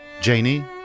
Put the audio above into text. Janie